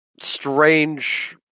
strange